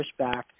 pushback